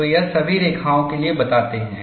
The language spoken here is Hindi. तो यह सभी रेखाओं के लिए बताते हैं